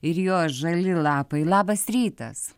ir jo žali lapai labas rytas